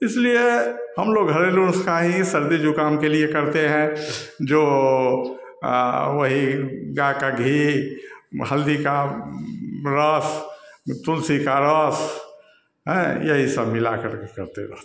इसलिए हम लोग घरेलू नुस्खा ही सर्दी जुकाम के लिए करते हैं जो वही गाय का घी हल्दी का रस तुलसी का रस हैं यही सब मिलाकर के करते वरते हैं